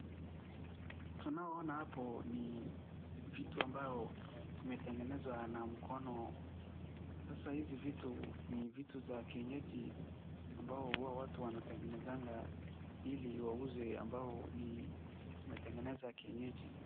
Tunao ona hapo ni vitu ambao imetengenezwa na mkono. Sasa hizi vitu ni vitu za kienyeji ambao huwa watu wanatengenezanga ili wauze ambao ni wametengeneza kienyeji.